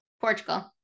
Portugal